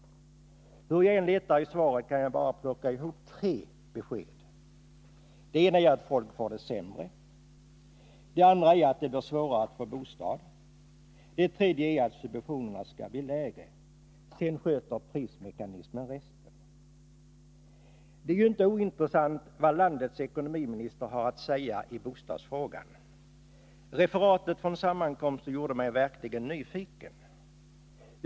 Hur jag än letar i svaret kan jag bara plocka ihop tre besked. Det ena är att folk får det sämre. Det andra är att det blir svårare att få bostad. Det tredje är att subventionerna skall bli lägre. Sedan sköter prismekanismen resten. Det är ju inte ointressant vad landets ekonomiminister har att säga i bostadsfrågan. Referatet från sammankomsten gjorde mig verkligen nyfiken.